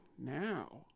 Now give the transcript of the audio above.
now